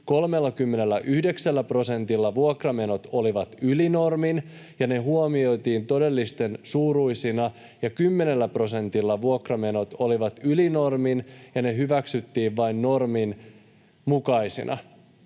39 prosentilla vuokramenot olivat yli normin ja ne huomioitiin todellisten suuruisina ja 10 prosentilla vuokramenot olivat yli normin ja ne hyväksyttiin vain normin mukaisina.